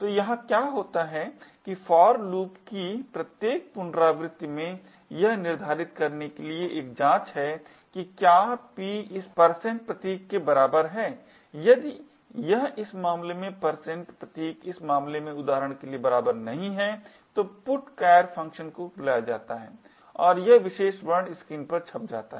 तो यहाँ क्या होता है कि for लूप की प्रत्येक पुनरावृत्ति में यह निर्धारित करने के लिए एक जांच है कि क्या p इस प्रतीक के बराबर है यदि यह इस मामले में प्रतीक इस मामले में उदाहरण के लिए बराबर नहीं है तो putchar फ़ंक्शन को बुलाया जाता है और वह विशेष वर्ण स्क्रीन पर छप जाता है